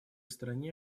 стране